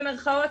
במירכאות?